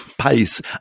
pace